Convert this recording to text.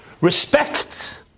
Respect